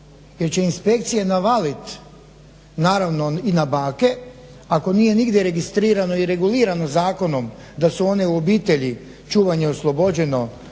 jer će inspekcije navaliti naravno i na bake, ako nije nigdje registrirano i regulirano zakonom da su one u obitelji čuvanje je oslobođeno dakle